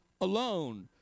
alone